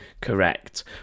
Correct